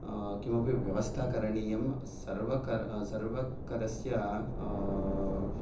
किमपि व्यवस्था करणीया सर्वकर सर्वकरस्य